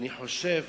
אני חושב